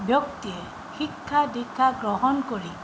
ব্যক্তিয়ে শিক্ষা দীক্ষা গ্ৰহণ কৰি